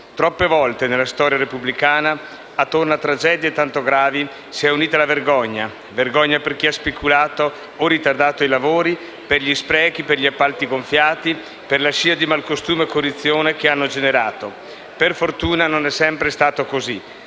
Troppe volte nella storia repubblicana, attorno a tragedie tanto gravi, si è unita la vergogna: vergogna per chi ha speculato o ritardato i lavori, per gli sprechi, per gli appalti gonfiati, per la scia di malcostume e corruzione che hanno generato. Per fortuna non è sempre stato così.